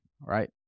right